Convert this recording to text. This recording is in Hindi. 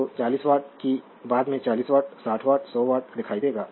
तो 40 वॉट कि बाद में 40 वॉट 60 वॉट या 100 वॉट दिखाई देगा